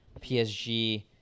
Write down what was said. PSG